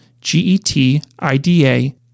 G-E-T-I-D-A